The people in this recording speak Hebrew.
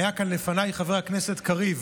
היה כאן לפניי חבר הכנסת קריב